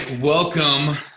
Welcome